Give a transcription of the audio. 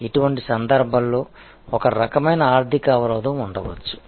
ఇటువంటి సందర్భాల్లో ఒకరకమైన ఆర్థిక అవరోధం ఉండవచ్చు